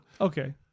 okay